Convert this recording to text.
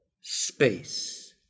space